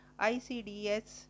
ICDS